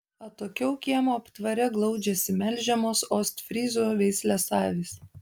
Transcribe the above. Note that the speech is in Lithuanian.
atokiau kiemo aptvare glaudžiasi melžiamos ostfryzų veislės avys